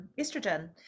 estrogen